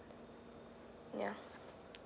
yeah